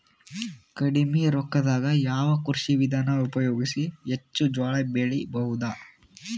ಕಡಿಮಿ ರೊಕ್ಕದಾಗ ಯಾವ ಕೃಷಿ ವಿಧಾನ ಉಪಯೋಗಿಸಿ ಹೆಚ್ಚ ಜೋಳ ಬೆಳಿ ಬಹುದ?